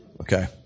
Okay